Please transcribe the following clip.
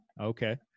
Okay